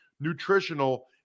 nutritional